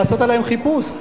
לעשות עליהם חיפוש.